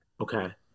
Okay